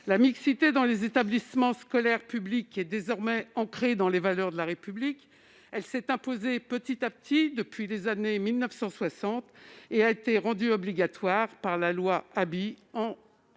La mixité dans les établissements scolaires publics est désormais ancrée dans les valeurs de la République ; elle s'est imposée, petit à petit, depuis les années 1960, et a été rendue obligatoire par la loi du 11